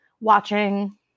watching